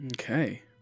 okay